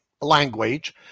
language